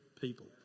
people